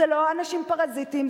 זה לא אנשים פרזיטים,